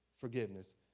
Forgiveness